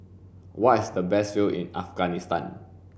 where is the best view in Afghanistan